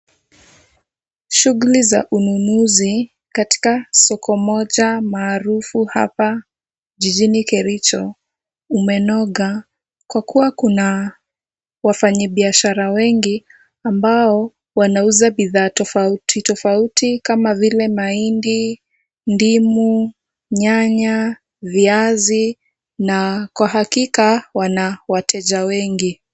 Shughuli za ununuzi katika soko moja maarufu hapa jijini Kericho umenoga, kwa kuwa kuna wafanyibiashara wengi ambao wanauza bidhaa tofauti tofauti kama vile mahindi, ndimu, nyanya, viazi, na kwa hakika wana wateja wengi.